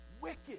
wicked